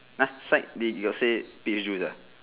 !huh! sign did your say peach juice uh